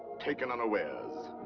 taken unawares.